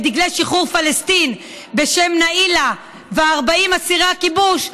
דגלי שחרור פלסטין בשם נאילה וארבעים אסירי הכיבוש,